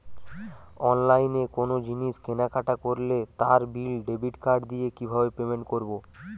অনলাইনে কোনো জিনিস কেনাকাটা করলে তার বিল ডেবিট কার্ড দিয়ে কিভাবে পেমেন্ট করবো?